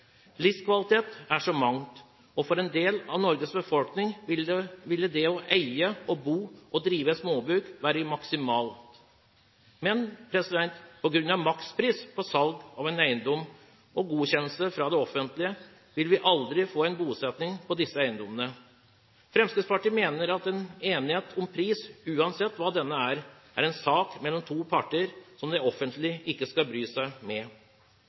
Livskvalitet er så mangt. For en del av Norges befolkning ville det å eie, bo på og drive et småbruk være maksimalt. Men på grunn av makspris ved salg av en eiendom og krav om godkjennelse fra det offentlige vil vi aldri få bosetting på disse eiendommene. Fremskrittspartiet mener at enighet om pris, uansett hva denne er, er en sak mellom to parter som det offentlige ikke skal bry seg med.